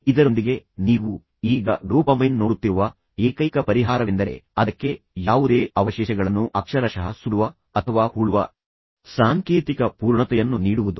ಇದರೊಂದಿಗೆ ನೀವು ಈಗ ಡೋಪಮೈನ್ ನೋಡುತ್ತಿರುವ ಏಕೈಕ ಪರಿಹಾರವೆಂದರೆ ಅದಕ್ಕೆ ಯಾವುದೇ ಅವಶೇಷಗಳನ್ನು ಅಕ್ಷರಶಃ ಸುಡುವ ಅಥವಾ ಹೂಳುವ ಸಾಂಕೇತಿಕ ಪೂರ್ಣತೆಯನ್ನು ನೀಡುವುದು